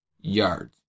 yards